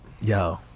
Yo